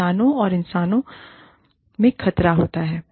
इंसानों को इंसानों से खतरा होता है